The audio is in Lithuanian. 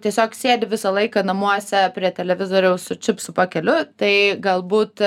tiesiog sėdi visą laiką namuose prie televizoriaus su čipsų pakeliu tai galbūt